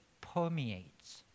permeates